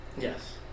Yes